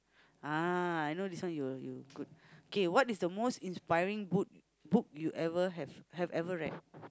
ah I know this one you good okay what is the most inspiring book book you ever have you have ever read